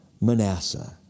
Manasseh